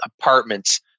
apartments